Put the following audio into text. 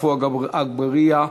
עפו אגבאריה,